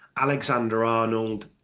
Alexander-Arnold